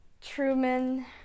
Truman